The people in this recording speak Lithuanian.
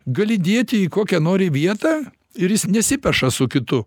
gali dėti į kokią nori vietą ir jis nesipeša su kitu